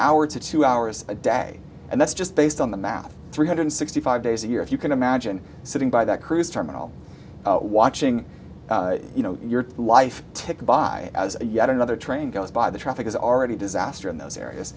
hour to two hours a day and that's just based on the math three hundred sixty five days a year if you can imagine sitting by that cruise terminal watching you know your life tick by as yet another train goes by the traffic is already disaster in those areas